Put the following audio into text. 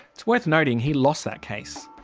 it's worth noting he lost that case.